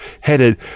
headed